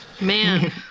Man